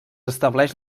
estableix